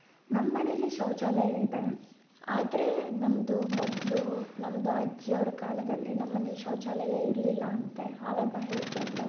ನಮ್ಮ ಮನೆಯಲ್ಲಿ ಶೌಚಾಲಯ ಇದೆ ಆದರೆ ನಮ್ಮದು ಮೊದಲು ನಮ್ಮದು ಅಜ್ಜಿಯವರ ಕಾಲದಲ್ಲಿ ನಮ್ಮ ಮನೆಯಲ್ಲಿ ಶೌಚಾಲಯ ಇರಲಿಲ್ಲ ಅಂತೆ ಅವಾಗ ಹೇಳ್ತಾ ಇದ್ದರು